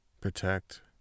protect